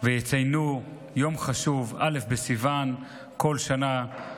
ויציינו את היום החשוב בא' בסיוון בכל שנה,